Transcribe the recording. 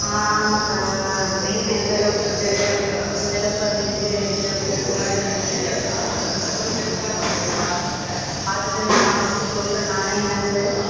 ஆ ஆமாம் சார் அவங்க பெயின் எந்த அளவுக்கு இருக்குது எந்த அளவுக்கு அதில் இன்ஜுரி ஆகிருக்கு அப்படிங்குறத செக் பண்ணிட்டு அதுக்கப்புறந்தான் சார் என்னான்னு சொல்வாங்க நான் வேணா பார்த்துட்டு நான் ஃபஸ்ட்டு சொல்கிறேன் நானே என்னன்ட்டு